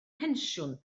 pensiwn